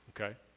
okay